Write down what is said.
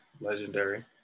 legendary